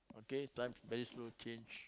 okay time very soon change